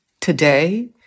Today